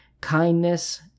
kindness